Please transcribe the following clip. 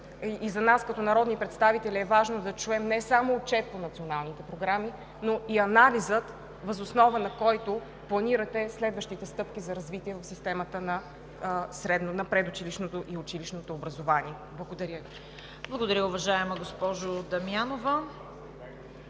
за нас като народни представители наистина е важно да чуем не само отчет по националните програми, но и анализа, въз основа на който планирате следващите стъпки за развитие в системата на предучилищното и училищното образование. Благодаря Ви. ПРЕДСЕДАТЕЛ ЦВЕТА КАРАЯНЧЕВА: Благодаря, уважаема госпожо Дамянова.